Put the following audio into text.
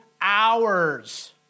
hours